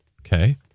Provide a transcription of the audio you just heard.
okay